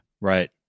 Right